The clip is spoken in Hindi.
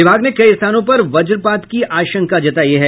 विभाग ने कई स्थानों पर वज्रपात की आशंका जतायी है